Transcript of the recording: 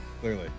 clearly